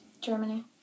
Germany